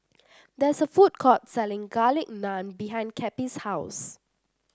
there is a food court selling Garlic Naan behind Cappie's house